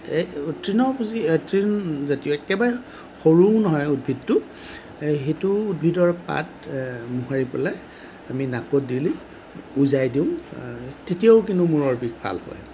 তৃণভোজী তৃণজাতীয় একেবাৰে সৰুও নহয় উদ্ভিদটো সেইটো উদ্ভিদৰ পাত মোহাৰি পেলাই আমি নাকত দিলৈ উজাই দিওঁ তেতিয়াও কিন্তু মূৰৰ বিষ ভাল হয়